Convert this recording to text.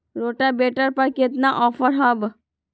Rotavator पर केतना offer हव?